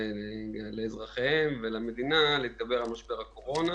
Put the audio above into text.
לאזרחיהם ולמדינה להתגבר על משבר הקורונה.